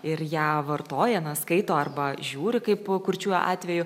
ir ją vartoja na skaito arba žiūri kaip kurčiųjų atveju